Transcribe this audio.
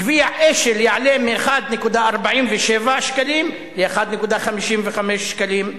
גביע "אשל" יעלה מ-1.47 שקלים ל-1.55 שקלים,